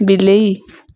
ବିଲେଇ